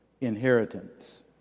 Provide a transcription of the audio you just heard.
inheritance